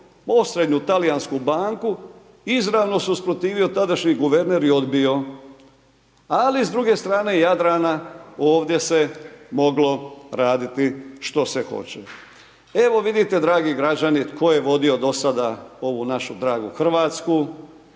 osrednju talijansku banku. Izravno se usprotivio tadašnji guverner i odbio. Ali s druge strane Jadrana ovdje se moglo raditi što se hoće. Evo vidite dragi građani tko je vodio do sada ovu našu dragu Hrvatsku.